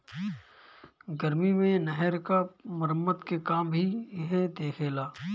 गर्मी मे नहर क मरम्मत के काम भी इहे देखेला